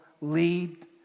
lead